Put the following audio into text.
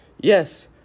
Yes